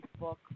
Facebook